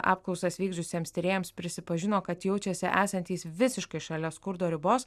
apklausas vykdžiusiems tyrėjams prisipažino kad jaučiasi esantys visiškai šalia skurdo ribos